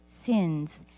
sins